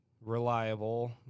reliable